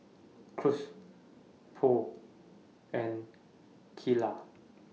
Cruz Purl and Kylah